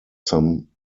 some